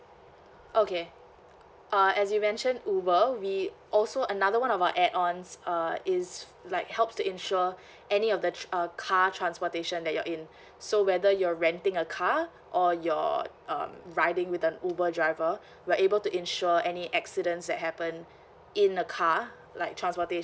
okay uh as you mentioned uber we also another one of our add ons uh is like helps to insure any of the tr~ uh car transportation that you're in so whether you're renting a car or you're um riding with the uber driver we're able to insure any accidents that happen in a car like transportation